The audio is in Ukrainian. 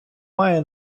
має